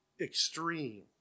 extreme